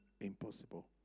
impossible